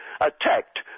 attacked